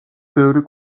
ბევრი